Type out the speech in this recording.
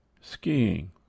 Skiing